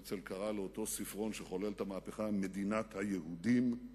הרצל קרא לאותו ספרון שחולל את המהפכה "מדינת היהודים".